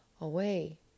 away